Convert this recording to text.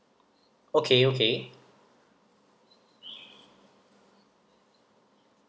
okay okay